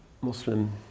Muslim